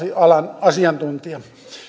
alan asiantuntija